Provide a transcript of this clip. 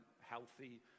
healthy